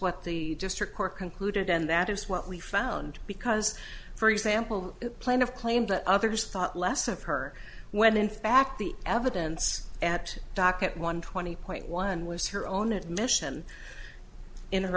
what the district court concluded and that is what we found because for example plan of claims that others thought less of her when in fact the evidence at docket one twenty point one was her own admission in her